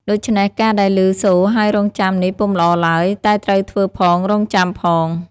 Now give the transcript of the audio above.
ដូច្នេះការដែលឮសូរហើយរង់ចាំនេះពុំល្អឡើយ តែត្រូវធ្វើផងរងចាំផង។